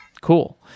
cool